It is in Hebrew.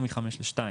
או מ-5 ל-2.